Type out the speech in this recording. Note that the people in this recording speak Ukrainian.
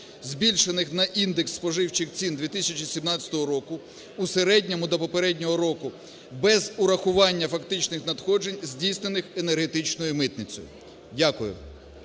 збільшених на індекс споживчих цін 2017 року в середньому до попереднього року без урахування фактичних надходжень, здійснених енергетичною митницею". Дякую.